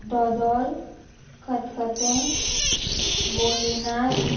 दोदोल खतखतें बोलीनाच